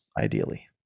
ideally